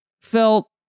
felt